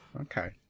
Okay